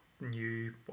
new